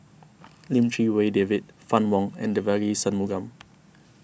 Lim Chee Wai David Fann Wong and Devagi Sanmugam